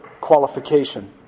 qualification